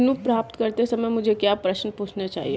ऋण प्राप्त करते समय मुझे क्या प्रश्न पूछने चाहिए?